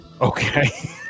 Okay